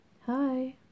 Hi